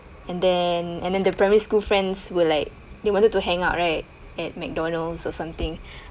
and then and then the primary school friends were like they wanted to hang out right at mcdonald's or something